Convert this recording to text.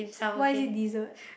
why is it dessert